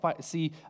see